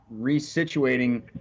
resituating